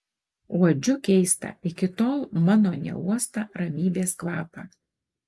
uodžiu keistą iki tol mano neuostą ramybės kvapą